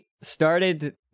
started